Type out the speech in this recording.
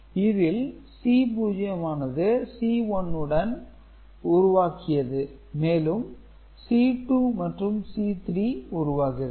இந்த C0 ஆனது C1 உருவாக்கியது மேலும் C2 மற்றும்C3 உருவாகிறது